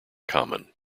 common